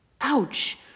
Ouch